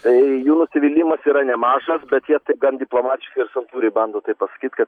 tai jų nusivylimas yra nemažas bet jie taip gan diplomatiškai ir santūriai bando tai pasakyt kad